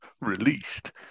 released